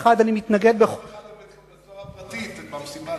תלך יום אחד לבית-הסוהר הפרטי ותרגיש טוב.